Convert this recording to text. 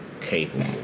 capable